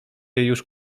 już